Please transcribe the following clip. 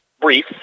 brief